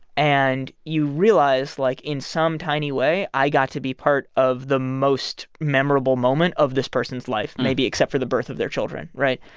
and you realize, like, in some tiny way, i got to be part of the most memorable moment of this person's life maybe except for the birth of their children, right?